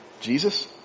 Jesus